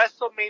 WrestleMania